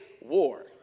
War